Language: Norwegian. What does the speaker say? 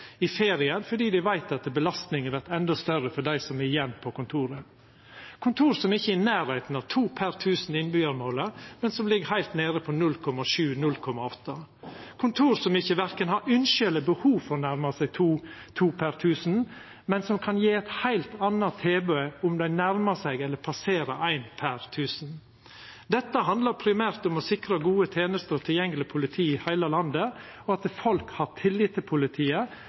i ferien fordi dei veit at belastninga vert enda større for dei som er igjen på kontoret – kontor som ikkje er i nærleiken av målet om to per tusen innbyggjarar, men som ligg heilt nede på 0,7–0,8, kontor som verken har ynske om eller behov for å nærma seg to per tusen, men som kan gje eit heilt anna tilbod om dei nærmar seg eller passerer ein per tusen. Dette handlar primært om å sikra gode tenester og tilgjengeleg politi i heile landet og at folk har tillit til politiet,